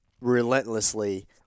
relentlessly